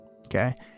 okay